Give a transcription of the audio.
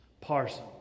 Parson